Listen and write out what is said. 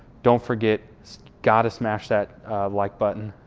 don't forget gotta smash that like button,